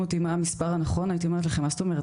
אותי מה המספר הנכון הייתי אומרת לכם מה זאת אומרת,